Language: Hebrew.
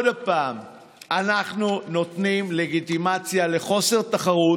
אני מבקש מכם לחזור שוב,